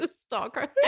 stalker